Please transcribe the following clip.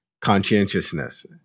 conscientiousness